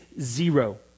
zero